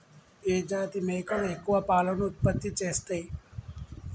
ఏ జాతి మేకలు ఎక్కువ పాలను ఉత్పత్తి చేస్తయ్?